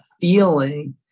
feeling